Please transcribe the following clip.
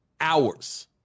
hours